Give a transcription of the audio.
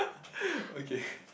okay